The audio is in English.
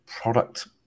product